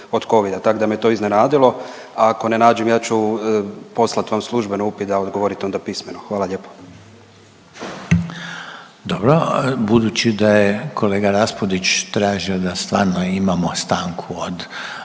tak da me to iznenadilo, a ako ne nađem ja ću poslat vam službeno upit da odgovorite onda pismeno, hvala lijepo.